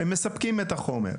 הם מספקים את החומר.